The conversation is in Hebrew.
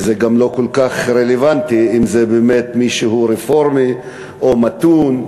וזה גם לא כל כך רלוונטי אם זה מישהו רפורמי או מתון.